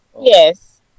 yes